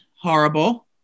horrible